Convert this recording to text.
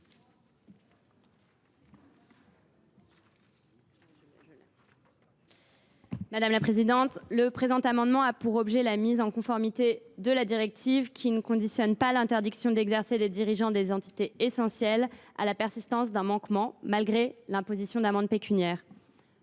Mme la ministre déléguée. Cet amendement a pour objet la mise en conformité à la directive NIS 2 qui ne conditionne pas l’interdiction d’exercer des dirigeants des entités essentielles à la persistance d’un manquement malgré l’imposition d’amendes pécuniaires.